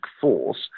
force